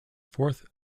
fourth